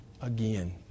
again